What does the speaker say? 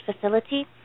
facility